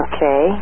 Okay